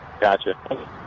Gotcha